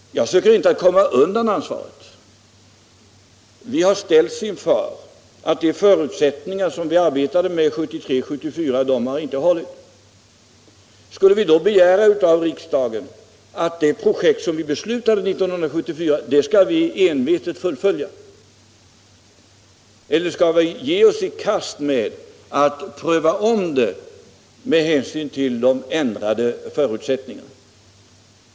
Jag söker inte komma undan ansvaret. Vi har ställts inför att de förutsättningar som vi arbetade med 1973 och 1974 beträffande Stålverk 80 inte har hållit. Skall vi då begära av riksdagen att vi envetet skall fullfölja det projekt som vi beslutade 1974, eller skall vi ge oss i kast med att pröva om projektet med hänsyn till de ändrade förutsättningarna?